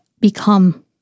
become